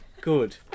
good